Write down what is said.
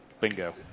Bingo